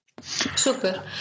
super